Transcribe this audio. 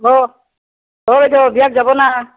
hello অ' বাইদেউ বিয়াত যাব না